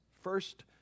First